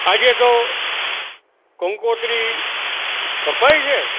આજે તો કંકોતરી છપાય છે